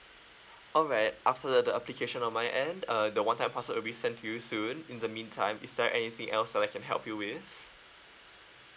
alright after the the application on my end uh the one time password will be sent to you soon in the meantime is there anything else that I can help you with